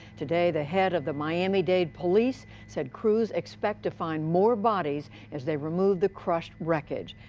today, the head of the miami-dade police said crews expect to find more bodies as they remove the crushed wreckage.